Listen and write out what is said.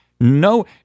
no